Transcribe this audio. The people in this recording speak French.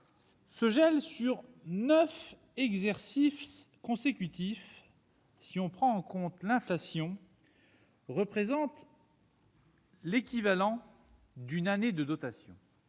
Ce gel sur neuf exercices consécutifs, si l'on prend en compte l'inflation, représente l'équivalent d'une année de dotation